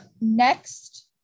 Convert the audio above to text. Next